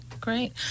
great